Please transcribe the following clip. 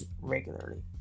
regularly